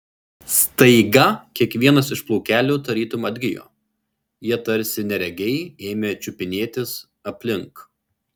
staiga kiekvienas iš plaukelių tarytum atgijo jie tarsi neregiai ėmė čiupinėtis aplink